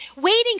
waiting